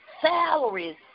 Salaries